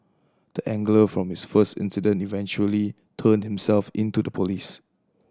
the angler from this first incident eventually turned himself in to the police